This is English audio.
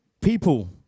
people